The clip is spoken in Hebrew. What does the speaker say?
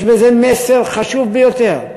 יש בזה מסר חשוב ביותר.